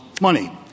money